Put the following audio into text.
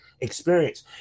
experience